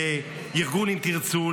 לארגון אם תרצו,